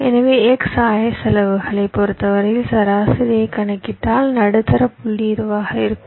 எனவே x ஆயத்தொலைவுகளைப் பொருத்தவரை சராசரியைக் கணக்கிட்டால் நடுத்தர புள்ளி இதுவாக இருக்கும்